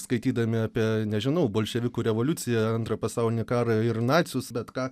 skaitydami apie nežinau bolševikų revoliuciją antrą pasaulinį karą ir nacius bet ką